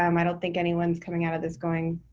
um i don't think anyone's coming out of this going,